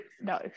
no